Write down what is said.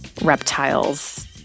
reptiles